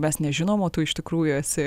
mes nežinom o tų iš tikrųjų esi